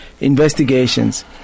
investigations